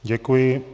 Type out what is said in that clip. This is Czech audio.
Děkuji.